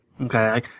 Okay